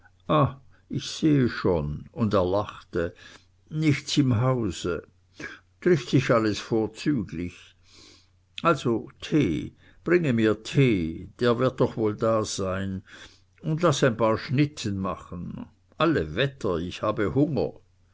ich sehe schon und er lachte nichts im hause trifft sich alles vorzüglich also tee bringe mir tee der wird doch wohl dasein und laß ein paar schnitten machen alle wetter ich habe hunger